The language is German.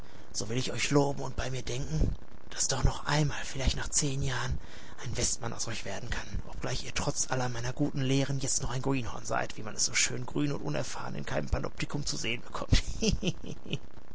so will ich euch loben und bei mir denken daß doch noch einmal vielleicht nach zehn jahren ein westmann aus euch werden kann obgleich ihr trotz aller meiner guten lehren jetzt noch ein greenhorn seid wie man es so schön grün und unerfahren in keinem panoptikum zu sehen bekommt